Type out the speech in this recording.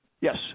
Yes